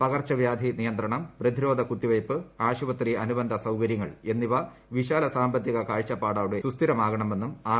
പകർച്ചവ്യാധി നിയന്ത്രണം പ്രതിരോധ കുത്തിവയ്പ്പ് ആശുപത്രി അനുബന്ധ സൌകര്യങ്ങൾ എന്നിവ വിശാല സാമ്പത്തിക കാഴ്ചപ്പാടോടെ സുസ്ഥിരമാകണമെന്നും ആർ